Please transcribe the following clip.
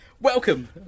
Welcome